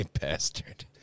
bastard